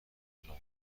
اعلام